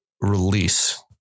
release